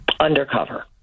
Undercover